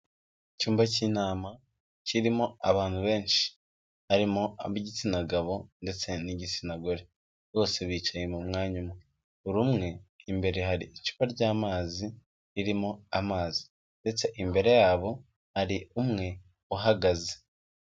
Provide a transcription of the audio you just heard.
Icyumba cy'inama kirimo abantu benshi, harimo ab'igitsina gabo ndetse n'igitsina gore. Bose bicaye mu mwanya umwe. Buri umwe imbere hari icupa ry'amazi ririmo amazi ndetse imbere yabo hari umwe uhagaze.